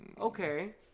Okay